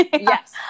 Yes